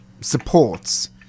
supports